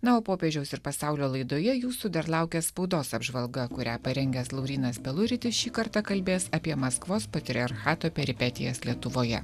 dėl popiežiaus ir pasaulio laidoje jūsų dar laukia spaudos apžvalga kurią parengęs laurynas peluritis šį kartą kalbės apie maskvos patriarchato peripetijas lietuvoje